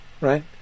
Right